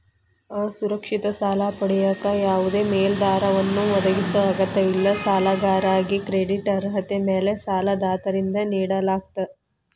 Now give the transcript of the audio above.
ಅಸುರಕ್ಷಿತ ಸಾಲ ಪಡೆಯಕ ಯಾವದೇ ಮೇಲಾಧಾರವನ್ನ ಒದಗಿಸೊ ಅಗತ್ಯವಿಲ್ಲ ಸಾಲಗಾರಾಗಿ ಕ್ರೆಡಿಟ್ ಅರ್ಹತೆ ಮ್ಯಾಲೆ ಸಾಲದಾತರಿಂದ ನೇಡಲಾಗ್ತ